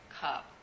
cup